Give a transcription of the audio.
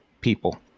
people